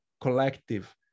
collective